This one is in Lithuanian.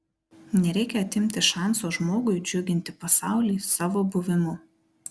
nereikia atimti šanso žmogui džiuginti pasaulį savo buvimu